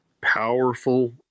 Powerful